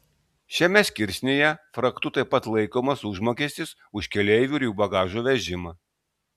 šiame skirsnyje frachtu taip pat laikomas užmokestis už keleivių ir jų bagažo vežimą